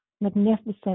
magnificent